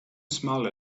smell